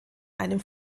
einem